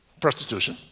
prostitution